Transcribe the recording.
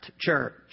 church